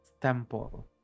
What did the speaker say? temple